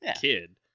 kid